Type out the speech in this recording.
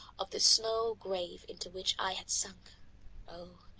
of the snow-grave into which i had sunk oh!